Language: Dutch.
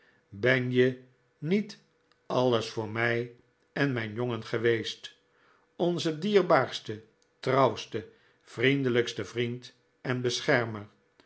ben je niet alles voor mij en mijn jongen geweest onze dierbaarste trouwste vriendelijkste vriend en beschermer